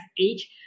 age